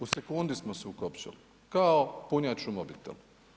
U sekundi smo se ukopčali, kao punjač u mobitel.